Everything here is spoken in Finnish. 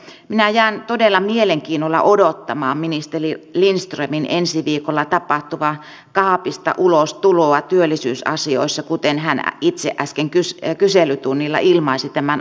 minä jään todella mielenkiinnolla odottamaan ministeri lindströmin ensi viikolla tapahtuvaa kaapista ulos tuloa työllisyysasioissa kuten hän itse äsken kyselytunnilla ilmaisi tämän asian